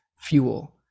fuel